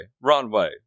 Runway